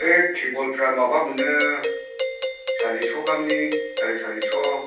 बै टेबोलफ्रा माबा मोनो सारिस' गाहामनि सारायसारिस'